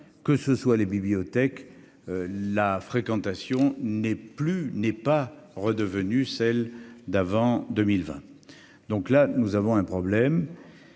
que ce soit les bibliothèques, la fréquentation n'est plus n'est pas redevenue celle d'avant 2020, donc là nous avons un problème,